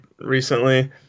recently